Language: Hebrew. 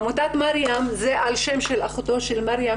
עמותת "מרים" זה על שם אחותו מרים,